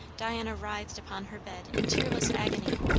diana writhed upon her bed in tearless agony.